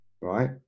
right